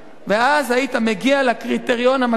ואז היית מגיע לקריטריון המקסימלי,